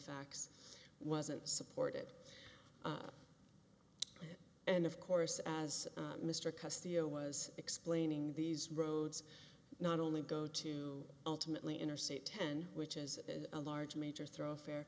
facts wasn't supported and of course as mr cust you know was explaining these roads not only go to ultimately interstate ten which is a large major thoroughfare